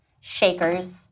shakers